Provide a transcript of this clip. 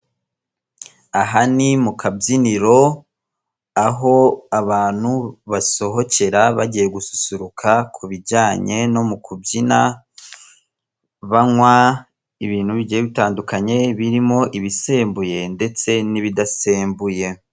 Aha ni mu kabyiniro aho abantu basohokera bagiye gususuruka ku bijyanye no mu kubyina banywa ibintu bigiye bitandukanye birimo ibisembuye ndetse n'ibidasembuye.